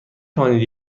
توانید